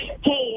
hey